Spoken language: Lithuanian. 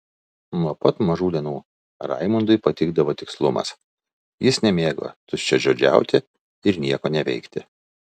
nuo pat mažų dienų raimundui patikdavo tikslumas jis nemėgo tuščiažodžiauti ir nieko neveikti